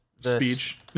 speech